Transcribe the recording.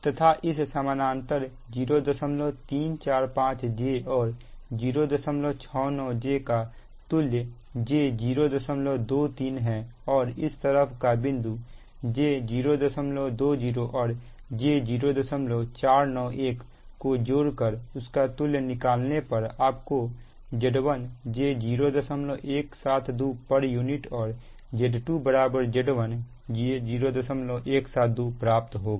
तथा इस समानांतर 0345j और 069 j का तुल्य j023 है और इस तरफ का बिंदु j020और j0491 को जोड़ कर उसका तुल्य निकालने पर आप को Z1 j0172 pu और Z2 Z1 j0172 प्राप्त होगा